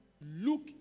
Look